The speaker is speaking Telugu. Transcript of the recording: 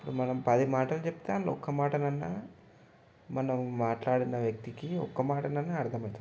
ఇప్పుడు మనం పది మాటలు చెప్తే అందులో ఒక్క మాట అన్నా మనం మాట్లాడిన వ్యక్తికి ఒక్క మాట అన్నా అర్థమయితుంది